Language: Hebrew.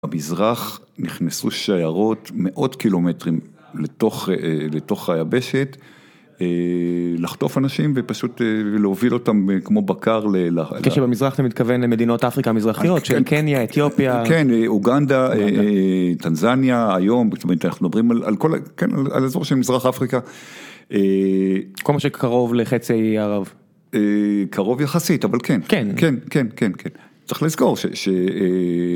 במזרח נכנסו שיירות מאות קילומטרים לתוך לתוך היבשת לחטוף אנשים ופשוט להוביל אותם כמו בקר כשבמזרח אתה מתכוון למדינות אפריקה המזרחיות של קניה אתיופיה אוגנדה טנזניה היום אנחנו מדברים על כל האזור של מזרח אפריקה. כל מה שקרוב לחצי ערב קרוב יחסית אבל כן כן כן כן כן כן כן צריך לזכור ש.